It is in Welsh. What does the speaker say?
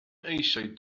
eisiau